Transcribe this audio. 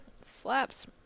Slaps